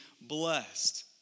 blessed